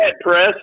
press